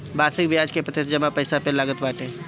वार्षिक बियाज प्रतिशत जमा पईसा पे लागत बाटे